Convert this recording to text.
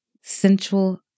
sensual